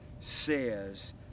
says